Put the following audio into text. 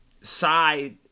side